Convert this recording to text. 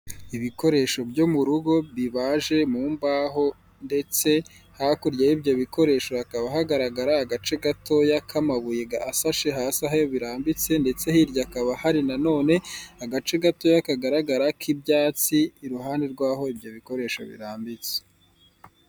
Ibikoresho byo mu rugo, bibaje mu mbaho ndetse hakurya y'ibyo bikoresho hakaba hagaragara agace gatoya k'amabuye asashe hasi aho birambitse ndetse hirya hakaba hari na none agace gatoya kagaragara k'ibyatsi iruhande rw'aho ibyo bikoresho birambitse.